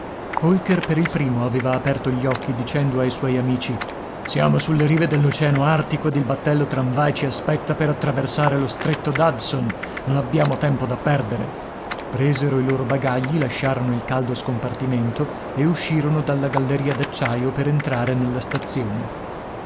holker per il primo aveva aperto gli occhi dicendo ai suoi amici siamo sulle rive dell'oceano artico ed il battello tramvai ci aspetta per attraversare lo stretto d'hudson non abbiamo tempo da perdere presero i loro bagagli lasciarono il caldo scompartimento e uscirono dalla galleria d'acciaio per entrare nella stazione